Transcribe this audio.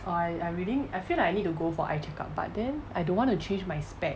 I I really I feel like I need to go for eye check up but then I don't want to change my spec